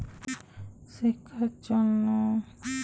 শিক্ষার জন্য কোনো ঋণ কি আমি পেতে পারি?